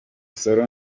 sol